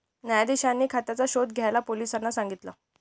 न्यायाधीशांनी खात्याचा शोध घ्यायला पोलिसांना सांगितल